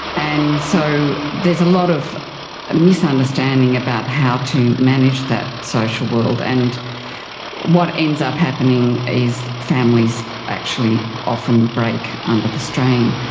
and so there's a lot of ah misunderstanding about how to manage that social world. and what ends up happening is families actually often break under the strain.